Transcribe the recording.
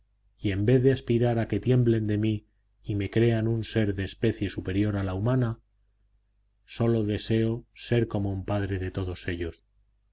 y en vez de aspirar a que tiemblen ante mí y me crean un ser de especie superior a la humana sólo deseo ser como un padre de todos ellos